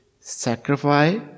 sacrifice